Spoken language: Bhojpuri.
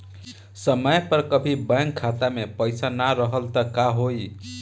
समय पर कभी बैंक खाता मे पईसा ना रहल त का होई?